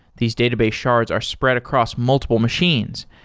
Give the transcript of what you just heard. these database shards are spread across multiple machines,